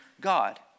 God